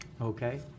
Okay